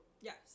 Yes